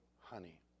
honey